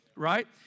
Right